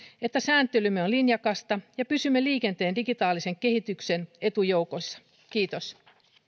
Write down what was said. että sääntelymme on linjakasta ja pysymme liikenteen digitaalisen kehityksen etujoukoissa kiitos